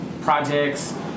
projects